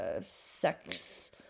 sex